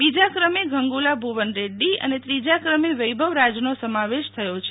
બીજા ક્રમે ગુંગલા ભુવન રેડ્ડી અને ત્રીજા ક્રમે વૈભવ રાજનો સમાવેશ થાય છે